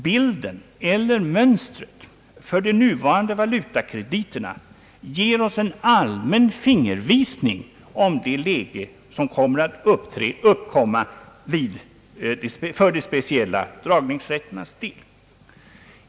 Bilden eller mönstret för de nuvarande valutakrediterna ger oss en allmän fingervisning om det läge som kommer att uppkomma för de speciella dragningsrätternas del.